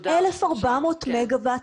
1,400 מגה-ואט.